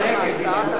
נגד?